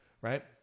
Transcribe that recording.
Right